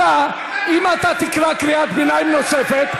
אם אתה תקרא קריאת ביניים נוספת,